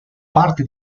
parte